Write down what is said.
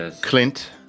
Clint